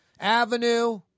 Avenue